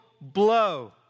blow